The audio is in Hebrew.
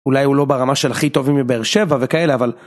אולי הוא לא ברמה של הכי טובים מבאר שבע וכאלה, אבל...